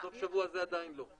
בסוף השבוע הזה עדיין לא?